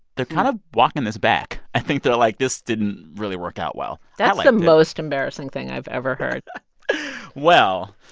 they're kind of walking this back. i think they're like, this didn't really work out well that's the most embarrassing thing i've ever heard well,